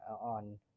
on